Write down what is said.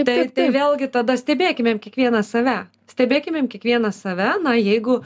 taip tai vėlgi tada stebėkime ir kiekvieną save stebėkimėm kiekvienas save na jeigu